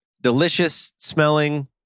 delicious-smelling